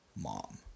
mom